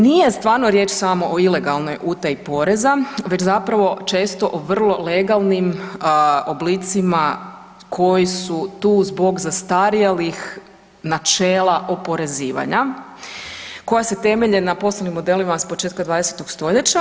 Nije stvarno riječ samo o ilegalnoj utaji poreza već zapravo često o vrlo legalnim oblicima koji su tu zbog zastarjelih načela oporezivanja koja se temelje na posebnim modelima s početka 20. stoljeća.